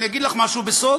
אני אגיד לך משהו בסוד: